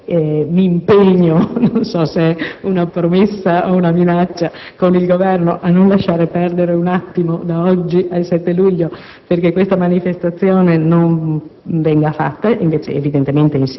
fascista. Mi auguro e mi impegno - non so se è una promessa o una minaccia - con il Governo a non far trascorrere un attimo, da oggi al 7 luglio, perché questa manifestazione non